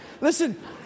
Listen